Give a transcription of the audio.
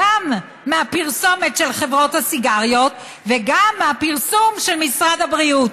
גם מהפרסומת של חברות הסיגריות וגם מהפרסום של משרד הבריאות.